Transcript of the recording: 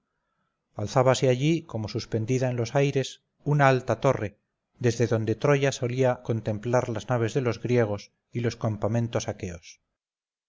mano alzábase allí como suspendida en los aires una alta torre desde donde troya solía ir a contemplar las naves de los griegos y los campamentos aqueos